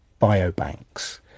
biobanks